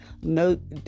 no